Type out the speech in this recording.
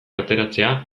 ateratzea